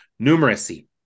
numeracy